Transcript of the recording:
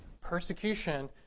persecution